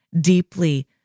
deeply